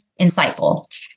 insightful